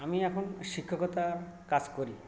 আমি এখন শিক্ষকতা কাজ করি